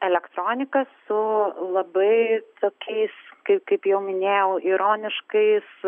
elektronika su labai tokiais kaip kaip jau minėjau ironiškais